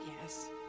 Yes